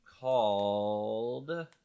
called